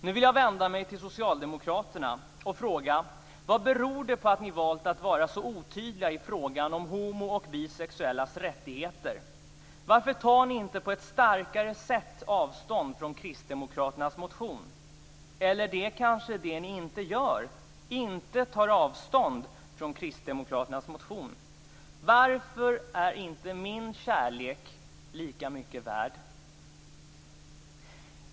Nu vill jag vända mig till socialdemokraterna och fråga: Vad beror det på att vi valt att vara så otydliga i fråga om homo och bisexuellas rättigheter? Varför tar ni inte på ett starkare sätt avstånd från Kristdemokraternas motion? Eller det är kanske det ni inte gör, inte tar avstånd från Kristdemokraternas motion. Varför är inte min kärlek lika mycket värt?